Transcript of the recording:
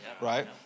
right